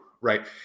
Right